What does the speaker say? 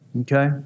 Okay